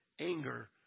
anger